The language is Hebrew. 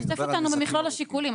תשתף אותנו במכלול השיקולים.